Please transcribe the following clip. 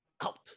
out